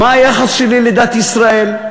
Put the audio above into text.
מה היחס שלי לדת ישראל,